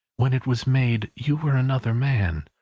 when it was made, you were another man.